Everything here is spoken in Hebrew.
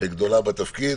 גדולה בתפקיד.